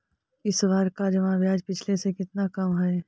इस बार का जमा ब्याज पिछले से कितना कम हइ